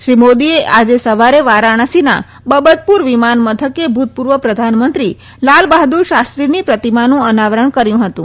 શ્રી મોદીએ આજે સવારે વારાણસીના બબતપુર વિમાન મથકે ભુતપુર્વ પ્રધાનમંત્રી લાલ બહાદુર શા ૈ ીની પ્રતિમાનું અનાવરણ કર્યું હતું